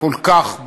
כל כך,